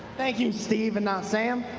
thank you, steve and not sam.